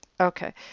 Okay